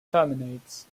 terminates